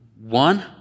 one